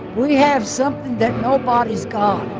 we have something that nobody's got.